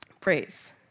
praise